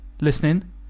listening